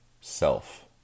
self